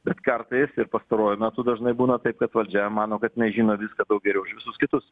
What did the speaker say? bet kartais ir pastaruoju metu dažnai būna taip kad valdžia mano kad jinai žino viską geriau už visus kitus